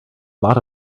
lot